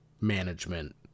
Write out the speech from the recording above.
management